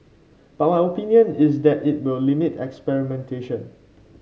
but my opinion is that it will limit experimentation